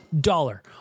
dollar